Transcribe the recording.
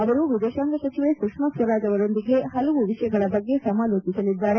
ಅವರು ವಿದೇತಾಂಗ ಸಚಿವೆ ಸುಷ್ನಾ ಸ್ವರಾಜ್ ಅವರೊಂದಿಗೆ ಹಲವು ವಿಷಯಗಳ ಬಗ್ಗೆ ಸಮಾಲೋಚಿಸಲಿದ್ದಾರೆ